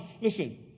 Listen